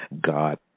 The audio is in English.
God